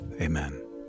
Amen